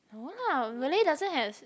no lah Malay doesn't have